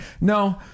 no